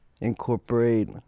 incorporate